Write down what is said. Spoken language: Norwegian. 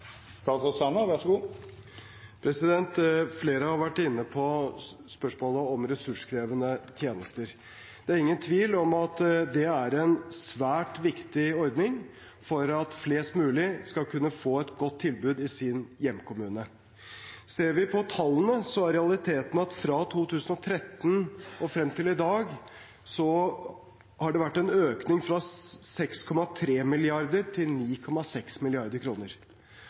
Flere har vært inne på spørsmålet om ressurskrevende tjenester. Det er ingen tvil om at det er en svært viktig ordning for at flest mulig skal kunne få et godt tilbud i sin hjemkommune. Ser vi på tallene, er realiteten at fra 2013 og frem til i dag har det vært en økning fra 6,3 mrd. til 9,6